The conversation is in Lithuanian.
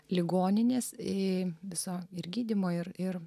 ligoninės į visa ir gydymo ir ir